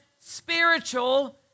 spiritual